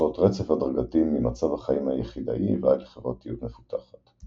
היוצרות רצף הדרגתי ממצב החיים היחידאי ועד לחברתיות מפותחת.